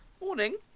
Morning